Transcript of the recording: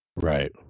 Right